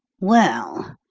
well,